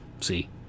See